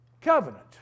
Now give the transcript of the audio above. covenant